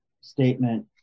statement